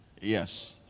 Yes